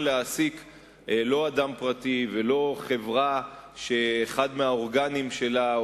להעסיק אדם פרטי או חברה שאחד מהאורגנים שלה,